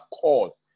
call